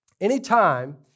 Anytime